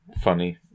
funny